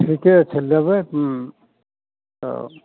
ठिके छै लेबै हुँ तऽ